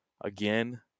again